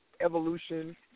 Evolution